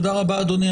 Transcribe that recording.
תודה רבה, אדוני.